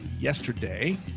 yesterday